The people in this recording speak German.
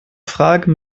frage